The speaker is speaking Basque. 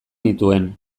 nituen